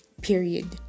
Period